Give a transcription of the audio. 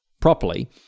properly